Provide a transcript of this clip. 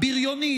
ביריונית,